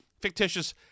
fictitious